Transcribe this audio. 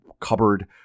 cupboard